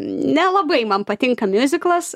nelabai man patinka miuziklas